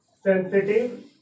Sensitive